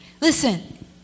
Listen